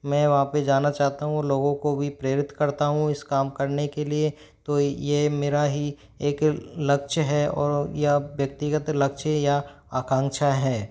मैं वहाँ पे जाना चाहता हूँ लोगों को भी प्रेरित करता हूँ इस काम करने के लिए तो यह मेरा ही एक लक्ष्य है और या व्यक्तिगत लक्ष्य या आकांक्षा है